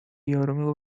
یارو